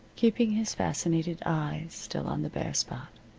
keeping his fascinated eyes still on the bare spot,